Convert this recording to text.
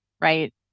right